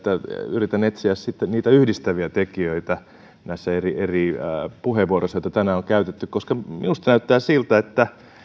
yritän etsiä niitä yhdistäviä tekijöitä näissä eri eri puheenvuoroissa joita tänään on käytetty koska minusta näyttää siltä että